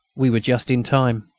we were just in time.